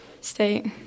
state